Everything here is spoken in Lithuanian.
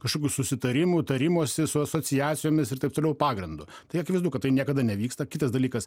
kažkokių susitarimų tarimosi su asociacijomis ir taip toliau pagrindu tai akivaizdu kad tai niekada nevyksta kitas dalykas